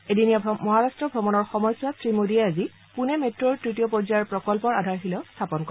এদিনীয়া মহাৰাট্ট ভ্ৰমণৰ সময়ছোৱাত শ্ৰীমোডীয়ে আজি পুণে মেট্ৰ'ৰ তৃতীয় পৰ্যায়ৰ প্ৰকল্পৰ আধাৰশিলাও স্থাপন কৰে